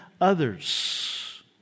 others